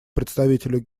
представителю